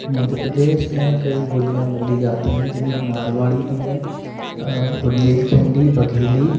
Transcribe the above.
मध्य प्रदेश में कई बोलियाँ बोली जाती हैं जिनमें माड़वाड़ी भी है बुंदेलखंडी बघेली